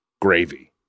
Gravy